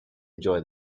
enjoy